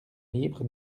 libre